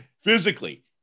physically